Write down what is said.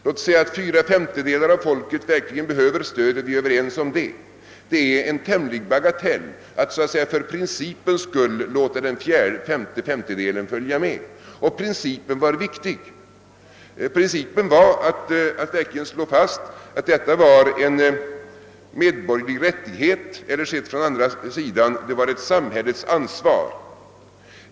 Låt oss säga att fyra femtedelar av folket verkligen behöver stöd. Då är det en bagatell att så att säga för principens skull låta den återstående femtedelen följa med. Principen var viktig: den gällde att slå fast att detta var en medborgerlig rättighet eller — sett från andra sidan — ett samhällets ansvar.